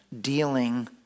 Dealing